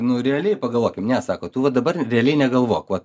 nu realiai pagalvokim ne sako tu va dabar realiai negalvok va